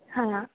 हा